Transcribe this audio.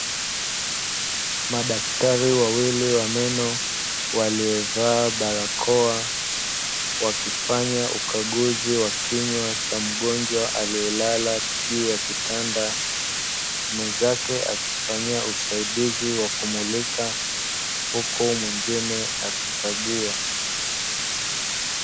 Madaktari wawili wa meno waliovaa barakoa wakifanya ukaguzi wa kinywa cha mgonjwa aliyelala juu ya kitanda, mwenzake akifanya usaidizi wa kumulika huku mwingine akikagua.